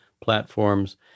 platforms